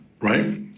right